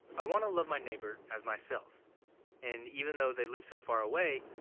i want to love my neighbor as myself and even though they live so far away,